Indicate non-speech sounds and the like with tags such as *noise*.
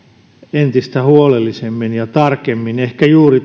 entistä huolellisemmin ja tarkemmin ehkä juuri *unintelligible*